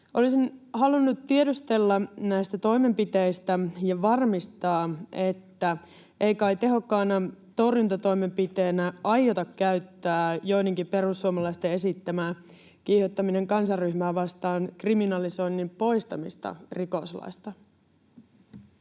Olisin halunnut tiedustella näistä toimenpiteistä ja varmistaa, että ei kai tehokkaana torjuntatoimenpiteenä aiota käyttää joidenkin perussuomalaisten esittämää ”kiihottaminen kansanryhmää vastaan” ‑kriminalisoinnin poistamista rikoslaista.